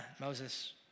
Moses